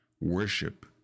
worship